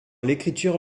l’écriture